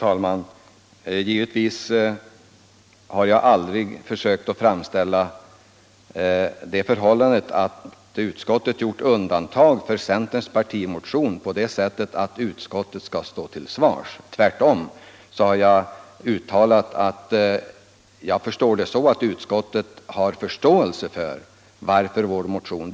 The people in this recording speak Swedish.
Herr talman! Jag har givetvis aldrig försökt framställa det förhållandet att utskottet gjort undantag för centerns partimotion som något som utskottet skall stå till svars för. Jag har tvärtom uttalat att jag uppfattar det så att utskottet har förståelse för vår motion.